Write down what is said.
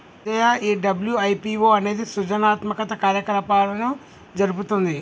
విజయ ఈ డబ్ల్యు.ఐ.పి.ఓ అనేది సృజనాత్మక కార్యకలాపాలను జరుపుతుంది